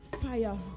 fire